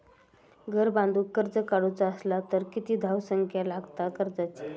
घर बांधूक कर्ज काढूचा असला तर किती धावसंख्या लागता कर्जाची?